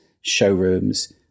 showrooms